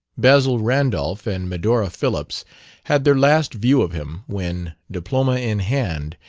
basil randolph and medora phillips had their last view of him when, diploma in hand,